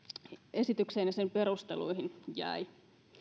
esitykseen ja sen perusteluihin jäi